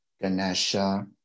Ganesha